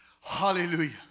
Hallelujah